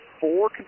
four